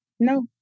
No